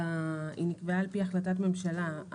היא נקבעה על פי החלטת ממשלה.